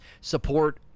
support